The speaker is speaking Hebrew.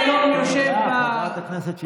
חברת הכנסת שטרית,